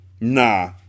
Nah